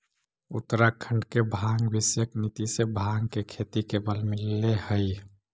उत्तराखण्ड के भाँग विषयक नीति से भाँग के खेती के बल मिलले हइ